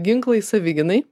ginklai savigynai